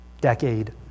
decade